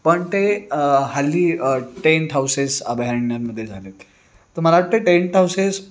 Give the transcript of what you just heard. पण ते हल्ली टेंट हाऊसेस अभयारण्यांमध्ये झालेत तर मला वाटतं टेंट हाऊसेस